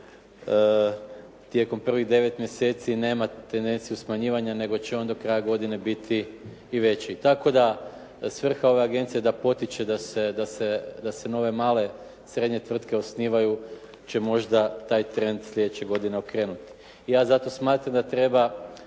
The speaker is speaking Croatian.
tijekom prvih 9 mjeseci nema tendenciju smanjivanja nego će on do kraja godine biti i veći. Tako da je svrha ove agencije da potiče da se nove male srednje tvrtke osnivaju će možda taj trend slijedeće godine okrenuti. Ja zato smatram da treba